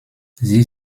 sie